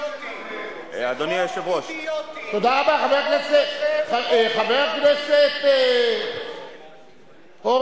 אדוני היושב-ראש, תודה רבה, חבר הכנסת הורוביץ,